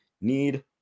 need